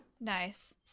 nice